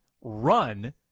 Run